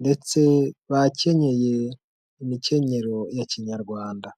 ndetse bakenyeye imikenyero ya kinyarwanda.